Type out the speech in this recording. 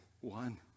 one